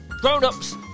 grown-ups